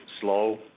slow